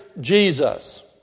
Jesus